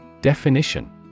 Definition